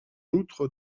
outre